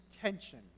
tension